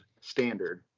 standard